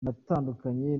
natandukanye